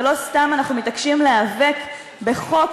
ולא סתם אנחנו מתעקשים להיאבק בחוק